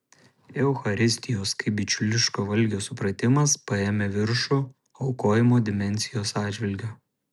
eucharistijos kaip bičiuliško valgio supratimas paėmė viršų aukojimo dimensijos atžvilgiu